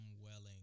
Welling